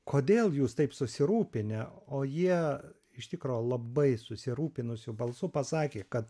kodėl jūs taip susirūpinę o jie iš tikro labai susirūpinusiu balsu pasakė kad